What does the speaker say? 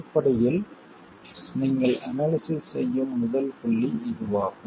அடிப்படையில் நீங்கள் அனாலிசிஸ் செய்யும் முதல் புள்ளி இதுவாகும்